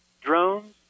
drones